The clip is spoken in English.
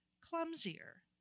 clumsier